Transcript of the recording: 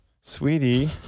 sweetie